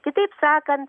kitaip sakan